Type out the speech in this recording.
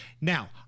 Now